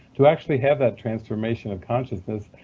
to actually have that transformation of consciousness.